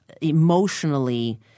emotionally